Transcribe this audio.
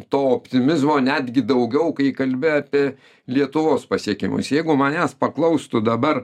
to optimizmo netgi daugiau kai kalbi apie lietuvos pasiekimus jeigu manęs paklaustų dabar